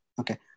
Okay